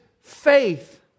faith